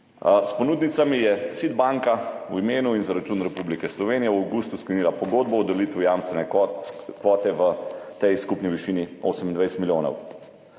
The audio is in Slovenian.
S ponudnicami je SID banka v imenu in za račun Republike Slovenije v avgustu sklenila pogodbo o delitvi jamstvene kvote v skupni višini 28 milijonov.